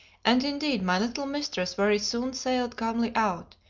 and indeed my little mistress very soon sailed calmly out,